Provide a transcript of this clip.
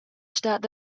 stat